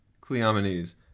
Cleomenes